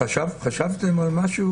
חשבתם על משהו?